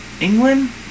England